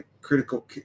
critical